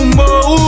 more